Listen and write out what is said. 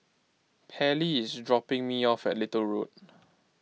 Pairlee is dropping me off at Little Road